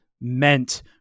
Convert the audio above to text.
meant